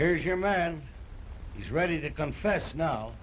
here man he's ready to confess no